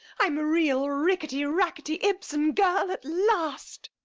i'm a real rickety rackety ibsen girl at last.